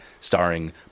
starring